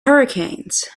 hurricanes